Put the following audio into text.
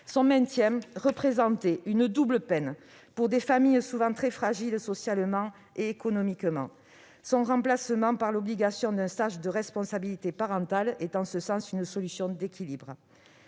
Son maintien aurait représenté une double peine pour des familles souvent très fragiles socialement et économiquement. Son remplacement par l'obligation de participer à un stage de responsabilité parentale est en ce sens une solution équilibrée.